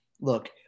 Look